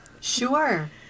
Sure